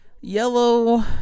Yellow